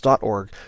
org